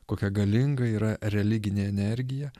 kokia galinga yra religinė energija